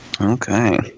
Okay